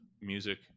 music